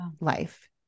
life